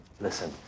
Listen